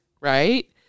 right